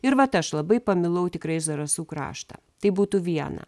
ir vat aš labai pamilau tikrai zarasų kraštą tai būtų viena